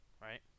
Right